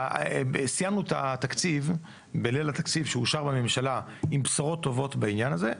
סיימנו את התקציב בליל התקציב שאושר בממשלה עם בשורות טובות בעניין הזה.